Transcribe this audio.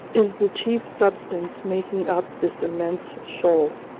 is the chief substance making up this immense shoal.